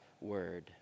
word